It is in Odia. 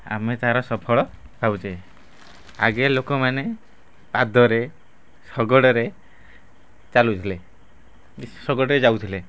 ଆମେ ତା'ର ସଫଳ ପାଉଛେ ଆଗେ ଲୋକମାନେ ପାଦରେ ଶଗଡ଼ରେ ଚାଲୁଥିଲେ କି ଶଗଡ଼ରେ ଯାଉଥିଲେ